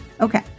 Okay